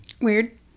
Weird